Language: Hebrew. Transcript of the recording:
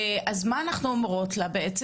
אז מה אנחנו אומרות לה בעצם?